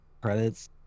credits